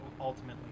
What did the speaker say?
ultimately